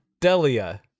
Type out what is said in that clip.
Delia